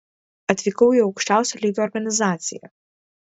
atvykau į aukščiausio lygio organizaciją